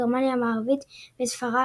גרמניה המערבית וספרד,